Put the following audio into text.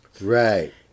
Right